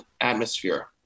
atmosphere